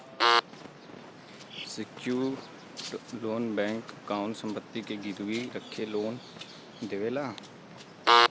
secured loan में bank कउनो संपत्ति के गिरवी रखके लोन देवला